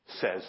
says